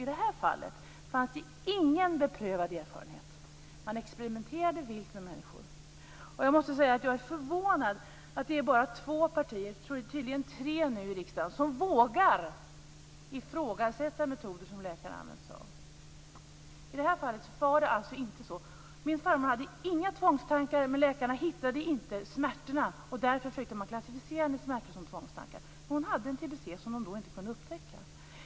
I det här fallet fanns det ingen beprövad erfarenhet. Man experimenterade vilt med människor. Jag måste säga att jag är förvånad över att det bara är två partier i riksdagen - ja, tydligen tre nu - som vågar ifrågasätta metoder som läkare använt sig av. I det här fallet var det inte så. Min farmor hade, som sagt, inga tvångstankar. Läkarna hittade inte orsaken till smärtorna och därför försökte man klassificera farmors smärtor som tvångstankar. Men hon hade alltså en tbc som då inte kunde upptäckas.